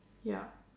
ya